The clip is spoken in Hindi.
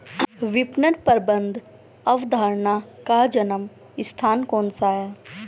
विपणन प्रबंध अवधारणा का जन्म स्थान कौन सा है?